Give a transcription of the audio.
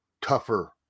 tougher